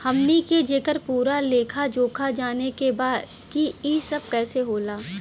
हमनी के जेकर पूरा लेखा जोखा जाने के बा की ई सब कैसे होला?